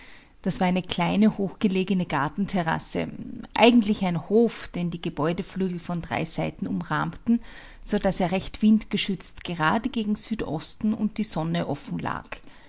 das war eine kleine hochgelegene gartenterrasse eigentlich ein hof den die gebäudeflügel von drei seiten umrahmten so daß er recht windgeschützt gerade gegen südosten und die sonne offen lag